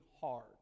hard